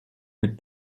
mit